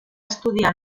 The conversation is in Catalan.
estudiar